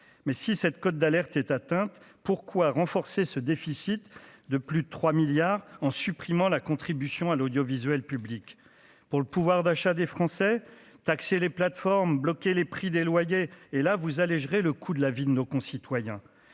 mais si cette cote d'alerte est atteinte pourquoi renforcer ce déficit de plus de 3 milliards en supprimant la contribution à l'audiovisuel public pour le pouvoir d'achat des Français taxer les plateformes bloquer les prix des loyers et là vous allègerait le coût de la vie de nos concitoyens